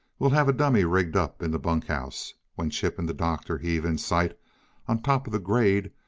we'll have a dummy rigged up in the bunk house. when chip and the doctor heave in sight on top of the grade,